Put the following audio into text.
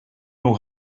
know